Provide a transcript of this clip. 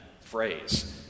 phrase